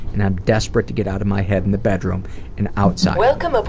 and i'm desperate to get out of my head in the bedroom and outside of it.